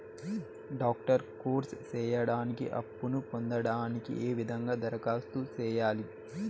Doctor course సేయడానికి అప్పును పొందడానికి ఏ విధంగా దరఖాస్తు సేయాలి?